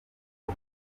bwo